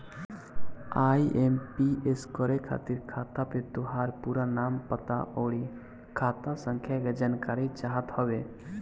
IMPS करे खातिर खाता पे तोहार पूरा नाम, पता, अउरी खाता संख्या के जानकारी चाहत हवे